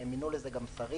מינו לזה גם שרים.